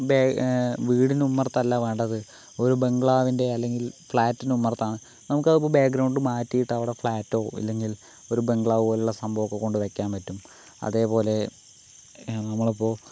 ബ വീടിൻ്റെ ഉമ്മറത്തല്ല വേണ്ടത് ഒരു ബംഗ്ലാവിൻ്റെ അല്ലങ്കിൽ ഫ്ലാറ്റിൻ്റെ ഉമ്മറത്താണ് നമുക്കപ്പം ബാക്ക്ഗ്രൗണ്ട് മാറ്റിയിട്ടവിടെ ഫ്ലാറ്റോ അല്ലങ്കി ഒരു ബംഗ്ലാവ് പോലുള്ള സംഭവമൊക്കെ കൊണ്ടെ വക്കാൻ പറ്റും അതേപോലെ നമ്മളിപ്പോൾ